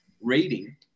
reading